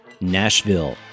Nashville